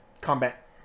combat